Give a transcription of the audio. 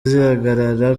zihagarara